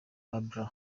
babla